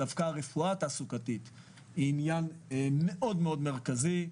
דווקא רפואה תעסוקתית היא עניין מאוד מרכזי.